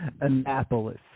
Annapolis